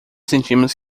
sentimos